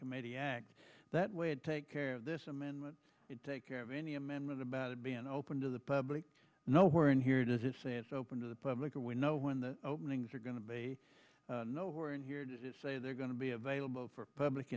committee act that way take care of this amendment take care of any amendment about it being open to the public no where in here does it say it's open to the public or will know when the openings are going to be no where in here does it say they're going to be available for public